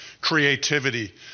creativity